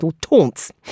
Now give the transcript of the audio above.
taunts